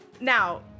Now